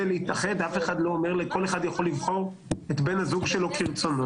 כל אחד יכול לבחור את בן הזוג שלו כרצונו,